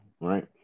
right